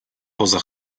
poza